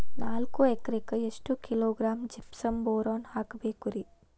ನಾಲ್ಕು ಎಕರೆಕ್ಕ ಎಷ್ಟು ಕಿಲೋಗ್ರಾಂ ಜಿಪ್ಸಮ್ ಬೋರಾನ್ ಹಾಕಬೇಕು ರಿ?